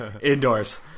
indoors